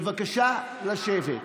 בבקשה לשבת.